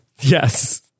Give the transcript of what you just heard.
Yes